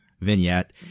vignette